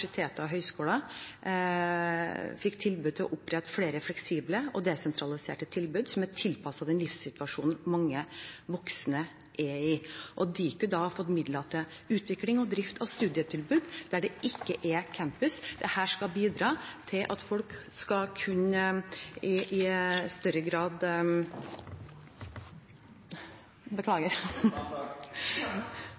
fikk tilbud om å opprette flere fleksible og desentraliserte tilbud som er tilpasset den livssituasjonen mange voksne er i. Diku har fått midler til utvikling og drift av studietilbud der det ikke er campus. Dette skal bidra til at folk i større grad skal kunne